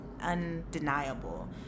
undeniable